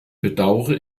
bedaure